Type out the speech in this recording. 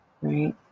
right